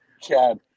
Chad